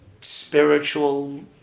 spiritual